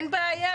אין בעיה,